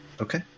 okay